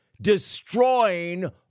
destroying